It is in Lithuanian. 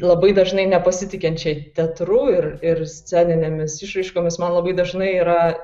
labai dažnai nepasitikinčiai teatru ir ir sceninėmis išraiškomis man labai dažnai yra